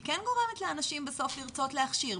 היא כן גורמת לאנשים בסוף לרצות להכשיר,